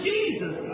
Jesus